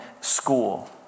school